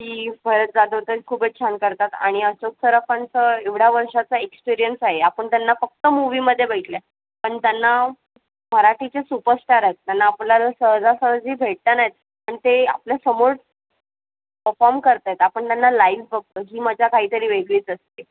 की भरत जाधव तर खूपच छान करतात आणि अशोक सराफांचं एवढ्या वर्षाचा एक्सपिरियन्स आहे आपण त्यांना फक्त मूव्हीमध्ये बघितलं आहे पण त्यांना मराठीचे सुपरस्टार आहेत त्यांना आपल्याला सहजासहजी भेटता नाही येत पण ते आपल्यासमोर पफॉम करत आहेत आपण त्यांना लाईव्ह बघतो ही मजा काहीतरी वेगळीच असते